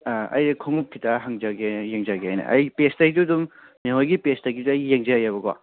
ꯑꯩꯁꯦ ꯈꯣꯡꯎꯞ ꯈꯤꯇ ꯍꯪꯖꯒꯦ ꯌꯦꯡꯖꯒꯦꯅ ꯑꯩ ꯄꯦꯁꯇꯩꯁꯨ ꯑꯗꯨꯝ ꯃꯦꯝ ꯍꯣꯏꯒꯤ ꯄꯦꯁꯇꯒꯤꯁꯨ ꯑꯩ ꯌꯦꯡꯖꯩꯑꯕꯀꯣ